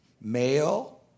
male